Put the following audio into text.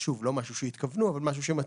נקודה שלישית, גם הממשלה, גם ועדת